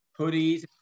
hoodies